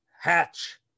hatch